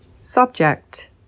Subject